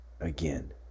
again